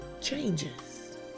changes